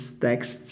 texts